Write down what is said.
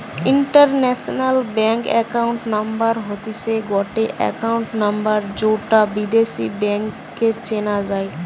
international bank account number হতিছে গটে account number যৌটা বিদেশী ব্যাংকে চেনা যাই